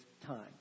time